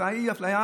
התוצאה היא אפליה,